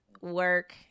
Work